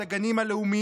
את הגנים הלאומיים.